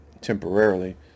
temporarily